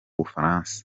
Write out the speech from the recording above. bufaransa